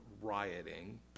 rioting